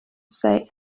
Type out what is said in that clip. say